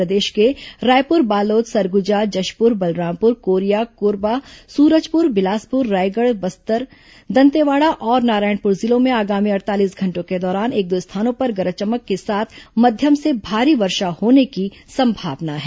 प्रदेश के रायपुर बालोद सरगुजा जशपुर बलरामपुर कोरिया कोरबा सूरजपुर बिलासपुर रायगढ़ बस्तर दंतेवाड़ा और नारायणपुर जिलों में आगामी अड़तालीस घंटों के दौरान एक दो स्थानों पर गरज चमक के साथ मध्यम से भारी वर्षा होने की संभावना है